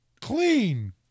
clean